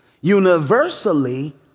Universally